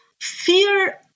Fear